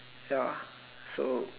ya so